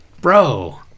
Bro